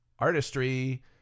artistry